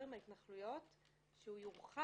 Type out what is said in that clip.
הכנסת מיכאל מלכיאלי הכנה לקריאה שנייה ושלישית.